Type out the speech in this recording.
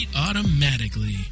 automatically